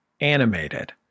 animated